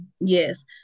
Yes